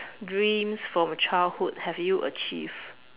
dreams from childhood have you achieve